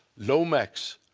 lomax,